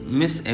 miss